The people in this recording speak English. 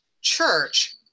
Church